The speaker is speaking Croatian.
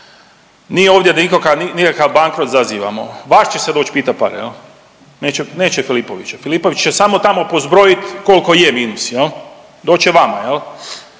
Nije ovdje nikakva bankrot zazivamo, vas će se doć pitat pare jel neće Filipovića, Filipović će samo tamo pozbrojit kolko je minus, doće vama.